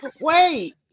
wait